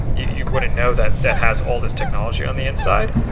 you wouldn't know that that has all this technology on the inside,